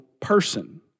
person